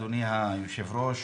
אדוני היושב-ראש,